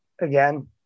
Again